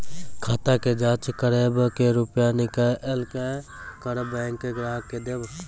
खाता के जाँच करेब के रुपिया निकैलक करऽ बैंक ग्राहक के देब?